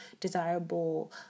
desirable